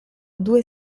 due